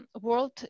world